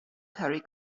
carry